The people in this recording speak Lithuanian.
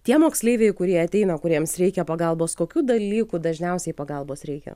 tie moksleiviai kurie ateina kuriems reikia pagalbos kokių dalykų dažniausiai pagalbos reikia